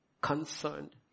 concerned